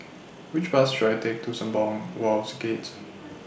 Which Bus should I Take to Sembawang Wharves Gates